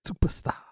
Superstar